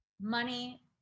money